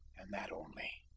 and that only!